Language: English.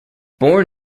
born